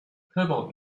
cobalt